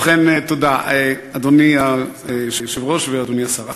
ובכן, תודה, אדוני היושב-ראש ואדוני השר.